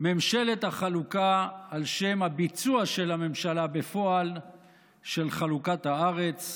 ממשלת החלוקה על שם הביצוע של הממשלה בפועל של חלוקת הארץ,